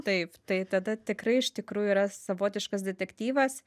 taip tai tada tikrai iš tikrųjų yra savotiškas detektyvas